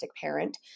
parent